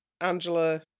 Angela